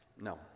No